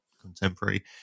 contemporary